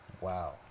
Wow